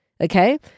Okay